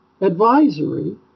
advisory